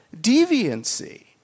deviancy